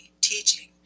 teaching